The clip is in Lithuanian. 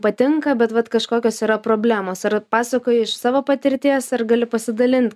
patinka bet vat kažkokios yra problemos ar pasakoji iš savo patirties ar gali pasidalint